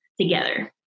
together